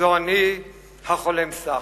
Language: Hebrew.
זו אני החולם שח.